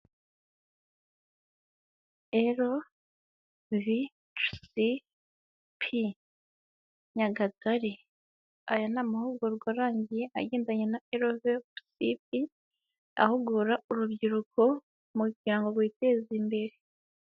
RVCP nyagatare. Aya ni amahugurwa arangiye agendanye na RVCP ahugura urubyiruko kugira ngo rwiteza imbere.